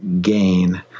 gain